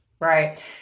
Right